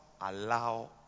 allow